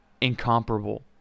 incomparable